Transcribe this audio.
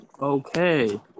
Okay